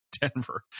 Denver